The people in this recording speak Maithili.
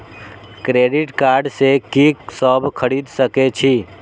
क्रेडिट कार्ड से की सब खरीद सकें छी?